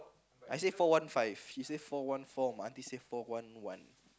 I say four one five she say four one four my auntie say four one one